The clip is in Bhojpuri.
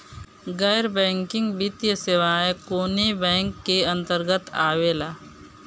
गैर बैंकिंग वित्तीय सेवाएं कोने बैंक के अन्तरगत आवेअला?